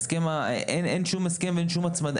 אין שום הסכם ואין שום הצמדה,